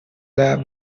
lab